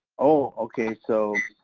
oh, okay, so,